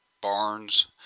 barns